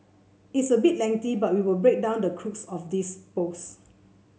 it is a bit lengthy so we will break down the crux of his post